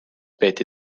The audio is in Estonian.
peeti